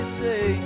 say